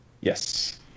Yes